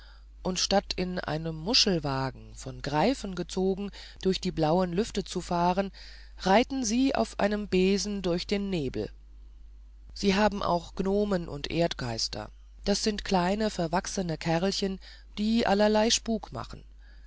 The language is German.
und statt in einem muschelwagen von greifen gezogen durch die blauen lüfte zu fahren reiten sie auf einem besen durch den nebel sie haben auch gnomen und erdgeister das sind kleine verwachsene kerlchen die allerlei spuk machen